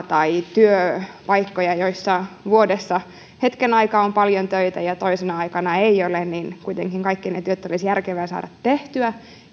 tai työpaikkoja joissa on hetken aikaa vuodesta paljon töitä ja toisena aikana ei ole niin kuitenkin kaikki työt olisi järkevä saada tehtyä